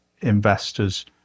investors